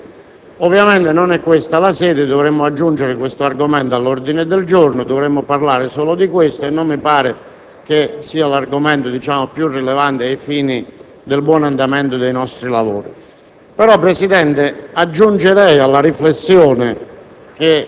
se necessario, facciamolo anche in Aula, perché è un tema che riguarda tutti. Ovviamente, non è questa la sede, dovremmo aggiungere questo punto all'ordine del giorno, dovremmo parlare solo di questo e non mi pare che sia l'argomento più rilevante ai fini del buon andamento dei nostri lavori.